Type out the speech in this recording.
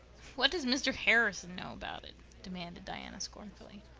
what does mr. harrison know about it? demanded diana scornfully.